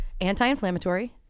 Anti-inflammatory